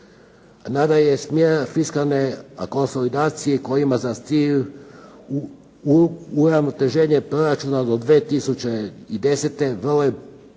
Mada je smjer fiskalne konsolidacije koja ima za cilj uravnoteženje proračuna do 2010. vrlo je